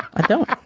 i don't.